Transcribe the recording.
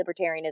libertarianism